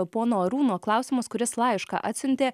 pono arūno klausimas kuris laišką atsiuntė